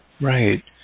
right